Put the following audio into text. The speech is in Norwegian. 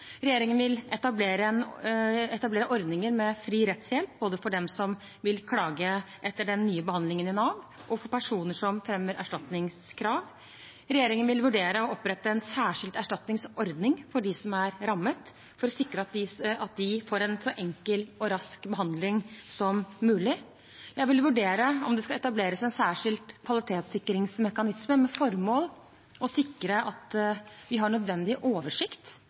Regjeringen vil etablere ordninger med fri rettshjelp, både for dem som vil klage etter den nye behandlingen i Nav, og for personer som fremmer erstatningskrav. Regjeringen vil vurdere å opprette en særskilt erstatningsordning for dem som er rammet, for å sikre at de får en så enkel og rask behandling som mulig. Jeg vil vurdere om det skal etableres en særskilt kvalitetssikringsmekanisme, med formål å sikre at vi har en nødvendig oversikt